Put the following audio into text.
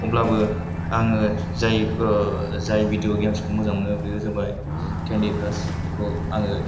अब्लाबो आङो जाय जाय भिदिअ गेम्स खौ मोजां मोनो बेयो जाबाय केन्दि क्रास बेखौ आङो